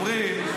הם אומרים,